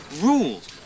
rules